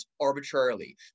arbitrarily